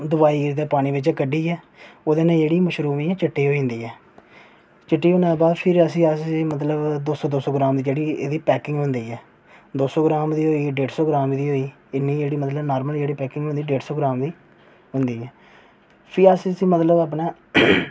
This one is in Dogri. दोआरै एह्दे पानी च कड्ढियै ओह्दे कन्नै मशरूम जेह्ड़ी चिट्टी होई जंदी ऐ चिट्टी होने दे बाद फिरी अस इसी मतलब दो सौ दो सौ ग्राम दी मतलब जेह्ड़ी एह्दी पैकिंग होंदी ऐ दो सौ ग्राम दी होई डेढ़ सौ ग्राम दी होई इन्नी जेह्ड़ी नॉर्मल जेह्ड़ी पैकिंग होंदी डेढ़ सौ ग्राम दी होंदी ऐ फ्ही अस इसी मतलब अपने